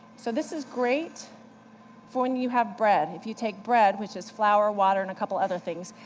so this is great for when you have bread. if you take bread, which is flour, water, and a couple other things,